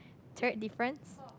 third difference